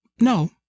No